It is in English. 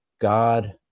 God